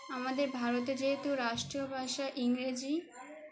আমাদের ভারতে যেহেতু রাষ্ট্রীয় ভাষা ইংরেজি